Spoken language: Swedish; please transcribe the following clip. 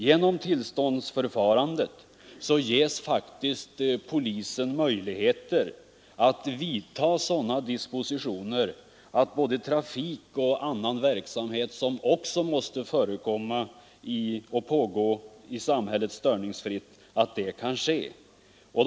Genom tillståndsförfarandet ges polisen möjligheter att vidta sådana dispositioner att både trafik och annan verksamhet, som måste förekomma i samhället, kan pågå störningsfritt.